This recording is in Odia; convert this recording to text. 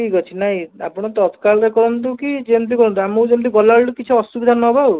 ଠିକ୍ ଅଛି ନାଇ ଆପଣ ତତ୍କାଲ୍ ରେ କରନ୍ତୁ କି ଯେମିତି କରନ୍ତୁ ଆମକୁ ଯେମିତି ଗଲାବେଳକୁ କିଛି ଅସୁବିଧା ନହେବ ଆଉ